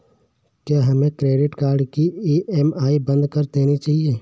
क्या हमें credit card की ई.एम.आई बंद कर देनी चाहिए?